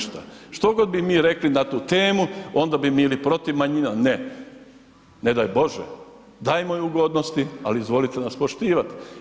Što god bi mi rekli na tu temu, onda bi mi bili protiv manjina, ne, ne daj bože, dajmo im ugodnosti ali izvolite nas poštivat.